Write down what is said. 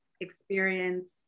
experience